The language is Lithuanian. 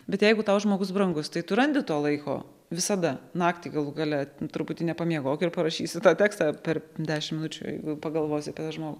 bet jeigu tau žmogus brangus tai tu randi to laiko visada naktį galų gale truputį nepamiegok ir parašysi tą tekstą per dešim minučių jeigu pagalvosi apie tą žmogų